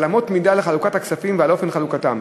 על אמות מידה לחלוקת הכספים ועל אופן חלוקתם.